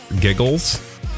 giggles